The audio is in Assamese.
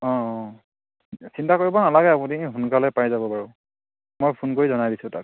অঁ অঁ চিন্তা কৰিব নালাগে আপুনি সোনকালে পাই যাব বাৰু মই ফোন কৰি জনাই দিছোঁ তাক